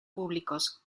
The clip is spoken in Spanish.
públicos